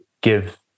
give